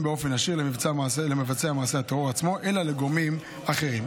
באופן ישיר למבצע מעשה הטרור עצמו אלא לגורמים אחרים.